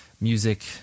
music